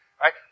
Right